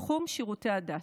תחום שירותי הדת.